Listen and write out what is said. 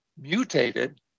mutated